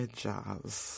jazz